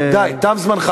זה עשר שניות, די, תם זמנך.